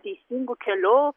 teisingu keliu